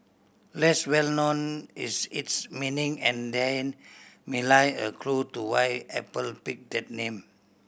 less well known is its meaning and therein may lie a clue to why Apple picked that name